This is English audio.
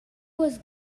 was